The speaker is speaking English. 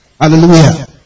Hallelujah